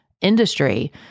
Industry